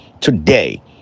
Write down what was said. Today